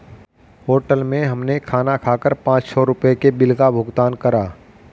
hotel में हमने खाना खाकर पाँच सौ रुपयों के बिल का भुगतान करा